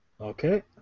Okay